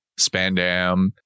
Spandam